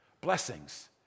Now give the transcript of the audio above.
blessings